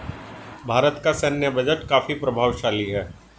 भारत का सैन्य बजट काफी प्रभावशाली है